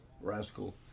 Rascal